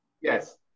Yes